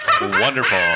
Wonderful